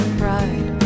pride